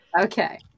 Okay